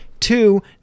two